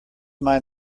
mind